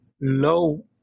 low